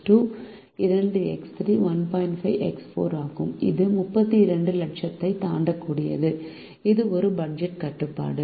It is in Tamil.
5X4 ஆகும் அது 32 லட்சத்தை தாண்டக்கூடாது இது பட்ஜெட் கட்டுப்பாடு